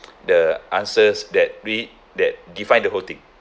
the answers that beat that defined the whole thing